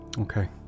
Okay